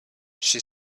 she